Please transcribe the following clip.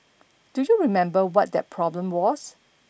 do you remember what that problem was